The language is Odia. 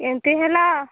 ଏମିତି ହେଲା